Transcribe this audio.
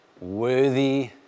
worthy